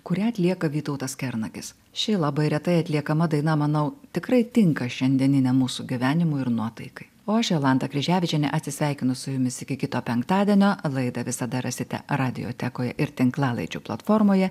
kurią atlieka vytautas kernagis ši labai retai atliekama daina manau tikrai tinka šiandieniniam mūsų gyvenimui ir nuotaikai o aš jolanta kryževičienė atsisveikinu su jumis iki kito penktadienio laidą visada rasite radiotekoje ir tinklalaidžių platformoje